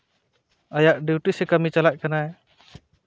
ᱟᱭᱟᱜ ᱰᱤᱭᱩᱴᱤ ᱥᱮ ᱠᱟᱹᱢᱤ ᱪᱟᱞᱟᱜ ᱠᱟᱱᱟᱭ